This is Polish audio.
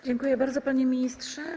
Dziękuję bardzo, panie ministrze.